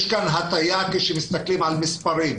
יש כאן הטעיה כאשר מסתכלים על מספרים.